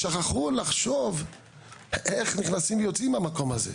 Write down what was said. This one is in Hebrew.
שכחו לחשוב איך נכנסים ויוצאים מהמקום הזה,